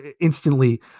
instantly